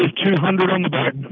ah two hundred and